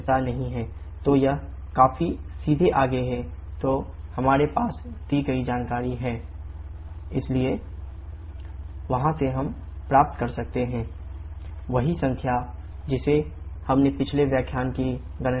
तो यह काफी सीधे आगे है तो हमारे पास दी गई जानकारी है 𝑇3 𝑇1 300 𝐾 𝑇6 𝑇8 1300 𝐾 इसलिए T2T1P2P1k 1k वहाँ से हम प्राप्त कर सकते हैं 𝑇2 𝑇4 40383 𝐾 वही संख्या जिसे हमने पिछले व्याख्यान की गणना की थी